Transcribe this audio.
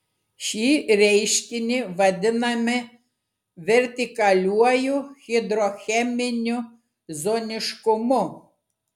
šį reiškinį vadiname vertikaliuoju hidrocheminiu zoniškumu